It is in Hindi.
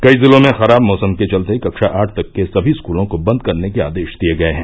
कई जिलों में खराब मौसम के चलते कक्षा आठ तक के सभी स्कूलों को बंद करने के आदेश दिये गये हैं